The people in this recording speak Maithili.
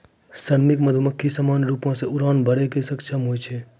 श्रमिक मधुमक्खी सामान्य रूपो सें उड़ान भरै म सक्षम होय छै